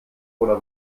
oder